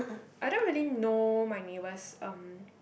I don't really know my neighbours um